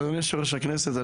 אדוני יושב-ראש הכנסת,